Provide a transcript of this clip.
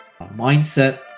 mindset